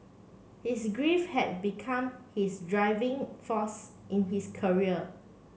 his grief had become his driving force in his career